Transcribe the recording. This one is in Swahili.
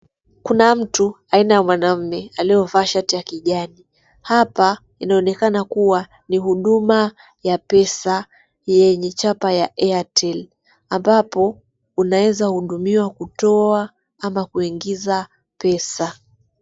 Kuna mtu aina ya mwanaume aliyevaa shati ya kijani. Hapa inaonekana kuwa ni huduma ya pesa yenye chapa ya Airtel ambapo unaeza hudumiwa kutoa ama kuingiza pesa.